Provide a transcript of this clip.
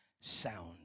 sound